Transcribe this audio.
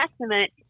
testament